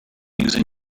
using